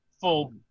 full